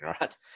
right